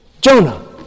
Jonah